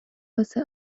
واسه